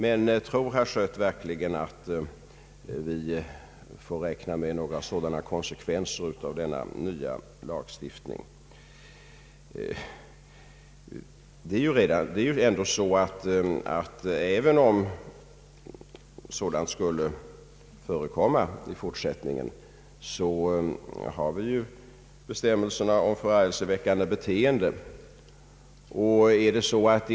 Men tror herr Schött verkligen att vi får räkna med några sådana konsekvenser av denna nya lagstiftning? Även om sådant skulle förekomma, har vi ju bestämmelserna om förargelseväckande beteende.